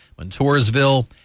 Montoursville